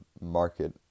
market